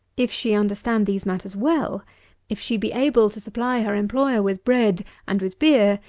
if she understand these matters well if she be able to supply her employer with bread and with beer,